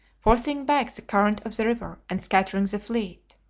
forcing back the current of the river, and scattering the fleet.